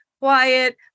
quiet